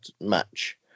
match